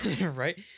right